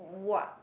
what